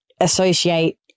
associate